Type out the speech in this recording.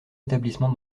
établissement